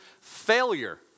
failure